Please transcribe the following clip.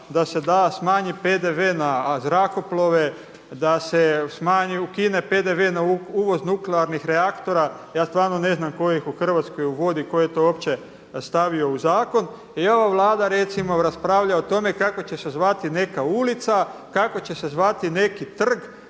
da se smanji PDV na zrakoplove, da se ukine PDV na uvoz nuklearnih reaktora. Ja stvarno ne znam tko ih u Hrvatskoj uvozi, tko je to uopće stavio u zakon. I ova Vlada recimo raspravlja o tome kako će se zvati neka ulica, kako će se zvati neki trg.